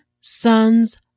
son's